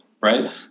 right